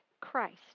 Christ